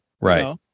Right